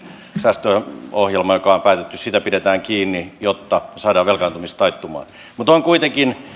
säästöohjelma joka on päätetty siitä pidetään kiinni jotta saadaan velkaantumista taittumaan mutta on kuitenkin